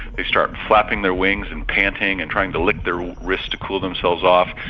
they start flapping their wings and panting and trying to lick their wrists to cool themselves off.